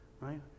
right